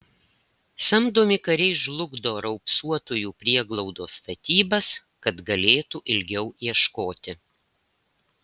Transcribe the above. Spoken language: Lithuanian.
samdomi kariai žlugdo raupsuotųjų prieglaudos statybas kad galėtų ilgiau ieškoti